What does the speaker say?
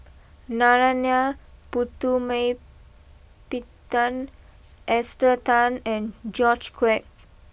Narana Putumaippittan Esther Tan and George Quek